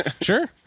Sure